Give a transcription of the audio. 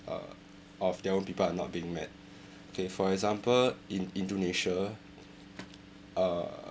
uh of their own people are not being met kay for example in indonesia uh